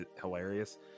hilarious